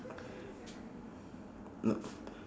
no